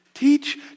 Teach